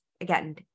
again